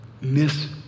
miss